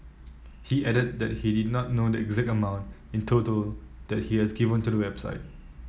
he added that he did not know the exact amount in total that he has given to the website